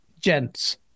gents